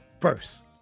first